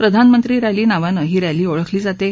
प्रधानमंत्री रैली नावानं ही रैली ओळखली जाते